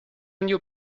knew